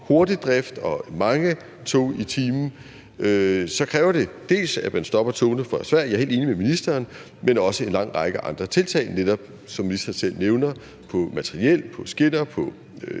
hurtig drift og mange tog i timen – så kræver det, at man dels stopper togene fra Sverige, dér er jeg helt enig med ministeren, dels at man indfører en lang række andre tiltag, netop som ministeren selv nævner, på materiel, på skinner og